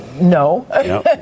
no